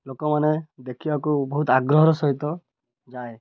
ଲୋକମାନେ ଦେଖିବାକୁ ବହୁତ ଆଗ୍ରହର ସହିତ ଯାଏ